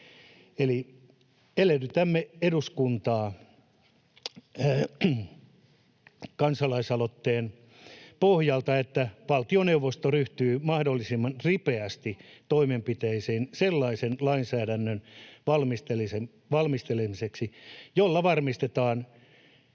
Eli eduskunta edellyttää kansalaisaloitteen pohjalta, että valtioneuvosto ryhtyy mahdollisimman ripeästi toimenpiteisiin sellaisen lainsäädännön valmistelemiseksi, jolla varmistetaan